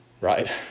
right